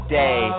day